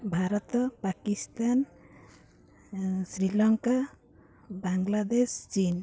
Bharat Pakistan Sri Lanka Bangladesh Chin